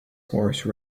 horse